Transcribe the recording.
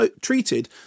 treated